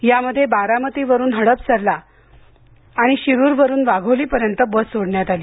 यामध्ये बारामतीवरून हडपसरला आणि शिरूरवरून वाघोलीपर्यंत बस सोडण्यात आली